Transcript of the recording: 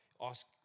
ask